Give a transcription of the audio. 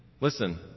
listen